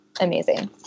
amazing